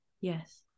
Yes